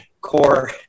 core